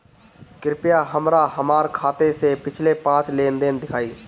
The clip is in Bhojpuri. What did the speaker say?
कृपया हमरा हमार खाते से पिछले पांच लेन देन दिखाइ